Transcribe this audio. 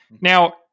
Now